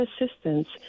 assistance